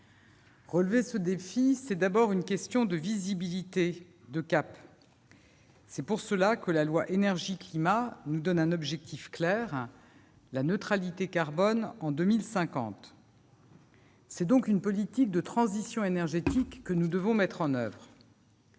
Relever ce défi, c'est d'abord une question de visibilité, de cap. C'est pour cela que la loi Énergie-climat nous donne un objectif clair : la neutralité carbone en 2050. C'est donc une politique de transition énergétique que nous devons mettre en oeuvre.